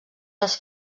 les